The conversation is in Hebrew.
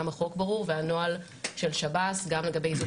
גם החוק ברור והנוהל של שב"ס גם לגבי איזוק